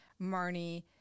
Marnie